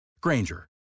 Granger